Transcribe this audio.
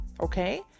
Okay